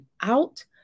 out